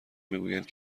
میگویند